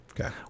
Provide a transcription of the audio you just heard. okay